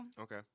Okay